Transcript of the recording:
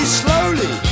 slowly